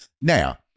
Now